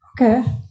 Okay